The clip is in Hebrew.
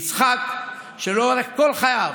יצחק, שלאורך כל חייו